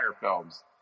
films